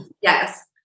Yes